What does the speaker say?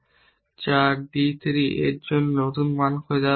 4 d 3 এর জন্য নতুন মান খোঁজার অর্থ কী